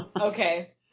Okay